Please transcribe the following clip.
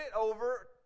over